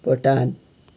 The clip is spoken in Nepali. भुटान